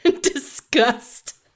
disgust